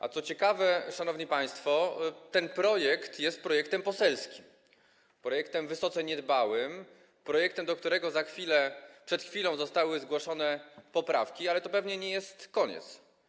A co ciekawe, szanowni państwo, ten projekt jest projektem poselskim, projektem wysoce niedbałym, projektem, do którego przed chwilą zostały zgłoszone poprawki, ale to pewnie nie jest koniec.